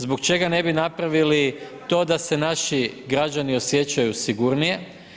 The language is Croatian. Zbog čega ne bi napravili to da se naši građani osjećaju sigurnije?